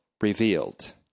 revealed